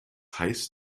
heißt